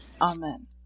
Amen